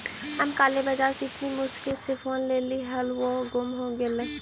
हम काले बाजार से इतनी मुश्किल से फोन लेली हल वो गुम हो गेलई